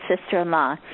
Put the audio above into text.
sister-in-law